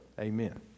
amen